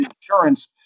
Insurance